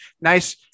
nice